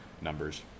numbers